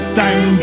Thank